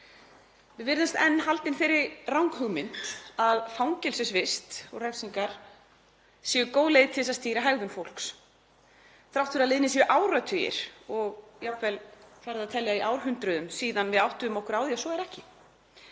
Við virðumst enn haldin þeirri ranghugmynd að fangelsisvist og refsingar séu góð leið til að stýra hegðun fólks þrátt fyrir að liðnir séu áratugir og jafnvel farið að telja í árhundruðum síðan við áttuðum okkur á því að svo er ekki.